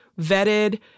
vetted